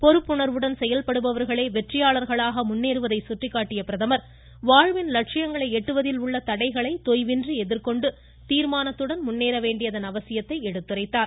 பொறுப்புணர்வுடன் செயல்படுபவர்களே வெற்றியாளர்களாக முன்னேறுவதை சுட்டிக்காட்டிய பிரதமர் வாழ்வின் இலட்சியங்களை எட்டுவதில் உள்ள தடைகளை தொய்வின்றி எதிர்கொண்டு தீர்மானத்துடன் முன்னேற வேண்டியதன் அவசியத்தை எடுத்துரைத்தார்